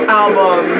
album